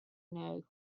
know